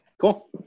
Cool